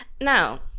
now